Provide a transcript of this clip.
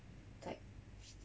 it's like